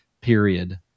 period